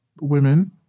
women